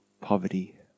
poverty